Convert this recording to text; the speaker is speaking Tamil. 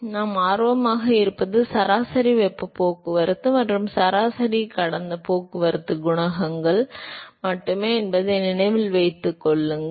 எனவே நாம் ஆர்வமாக இருப்பது சராசரி வெப்பப் போக்குவரத்து மற்றும் சராசரி கடந்த போக்குவரத்து குணகங்கள் மட்டுமே என்பதை நினைவில் கொள்ளுங்கள்